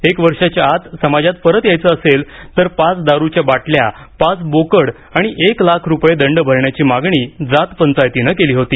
एका वर्षाच्या आत समाजात परत यायचं असेल तर पाच दारूच्या बाटल्या पाच बोकड आणि एक लाख रुपये दंड भरण्याची मागणी जात पंचायतीने केली होती